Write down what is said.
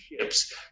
ships